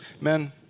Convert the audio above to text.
Men